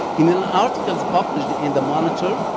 in an article published in the monitor,